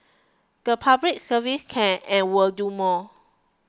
the Public Service can and will do more